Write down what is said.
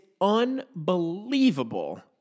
unbelievable